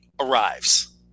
arrives